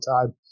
time